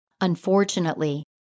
Unfortunately